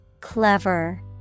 Clever